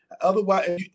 otherwise